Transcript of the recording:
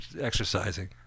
Exercising